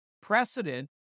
precedent